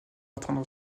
atteindre